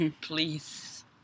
Please